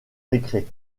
décret